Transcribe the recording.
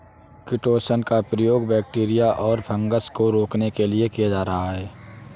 chitosan का प्रयोग bacteria और फँगस को रोकने के लिए किया जा रहा है